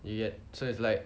you get so it's like